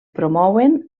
promouen